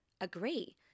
agree